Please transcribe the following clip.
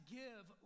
give